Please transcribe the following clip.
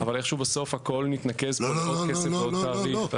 אבל איכשהו הכול מתנקז פה לעוד כסף ועוד תעריף.